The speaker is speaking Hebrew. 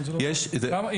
סליחה,